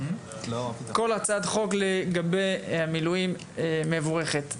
כל הצעת חוק לגבי המילואים מבורכת.